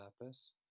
purpose